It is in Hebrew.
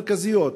מרפאות מרכזיות